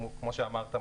כמו שאמרת,